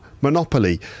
monopoly